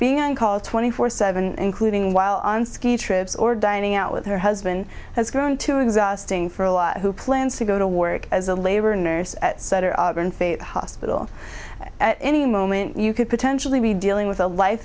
being on call twenty four seven including while on ski trips or dining out with her husband has grown too exhausting for a lot who plans to go to work as a labor nurse at sutter faith hospital at any moment you could potentially be dealing with a life